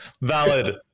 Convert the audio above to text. valid